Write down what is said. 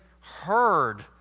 heard